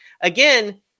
again